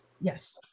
Yes